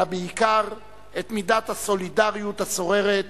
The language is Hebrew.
אלא בעיקר את מידת הסולידריות השוררת